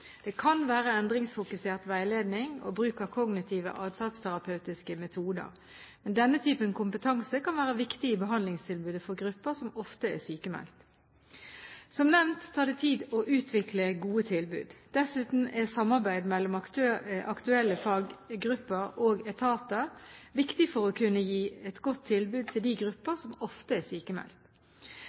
Det kan være endringsfokusert veiledning og bruk av kognitive atferdsterapeutiske metoder. Denne typen kompetanse kan være viktig i behandlingstilbudet for grupper som ofte er sykmeldte. Som nevnt tar det tid å utvikle gode tilbud. Dessuten er samarbeid mellom aktuelle faggrupper og etater viktig for å kunne gi et godt tilbud til de grupper som ofte er